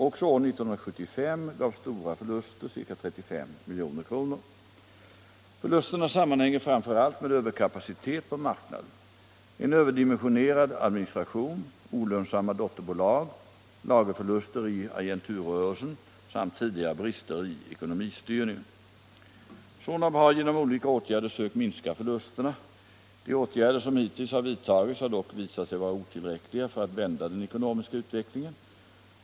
Också år 1975 gav stora förluster, ca 35 milj.kr. Förlusterna sammanhänger framför allt med överkapacitet på marknaden, en överdimensionerad administration, olönsamma dotterbolag, lagerförluster i agenturrörelsen samt tidigare brister i ekonomistyrningen. Sonab hår genom olika åtgärder sökt minska förlusterna. De åtgärder som hittills har vidtagits har dock visat sig vara otillräckliga för att vända den ekonomiska utvecklingen.